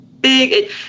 big